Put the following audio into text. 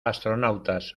astronautas